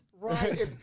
Right